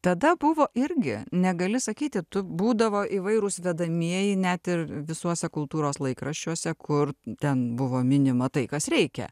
tada buvo irgi negali sakyti tu būdavo įvairūs vedamieji net ir visuose kultūros laikraščiuose kur ten buvo minima tai kas reikia